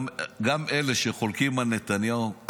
גם אלה שחולקים על נתניהו,